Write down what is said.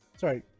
sorry